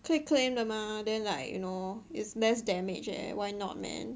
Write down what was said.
可以 claim 的 mah then like you know it's less damage eh why not man